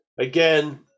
Again